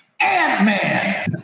Ant-Man